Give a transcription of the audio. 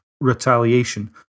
retaliation